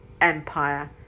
Empire